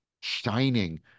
shining